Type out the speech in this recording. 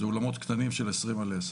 זה אולמות קטנים של עשרים על עשר.